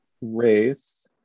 race